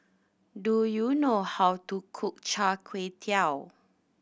do you know how to cook Char Kway Teow